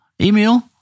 Email